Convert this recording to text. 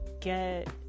get